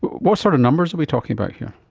what sort of numbers are we talking about here?